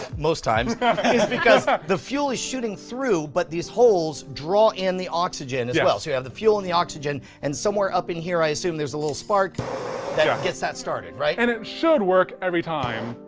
most times, is because the fuel is shooting through but these holes draw in the oxygen as well. so you have the fuel and the oxygen and somewhere up in here i assume there is a little spark that gets that started, right? and it should work every time.